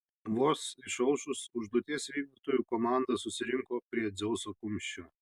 vos išaušus užduoties vykdytojų komanda susirinko prie dzeuso kumščio